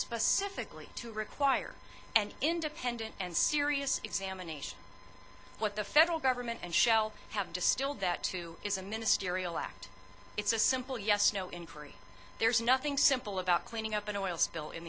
specifically to require an independent and serious examination what the federal government and shell have distilled that to is a ministerial act it's a simple yes no inquiry there's nothing simple about cleaning up an